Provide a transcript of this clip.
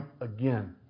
again